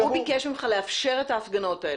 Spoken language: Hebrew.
הוא ביקש ממך לאפשר את ההפגנות האלה.